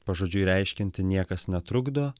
pažodžiui reiškianti niekas netrukdo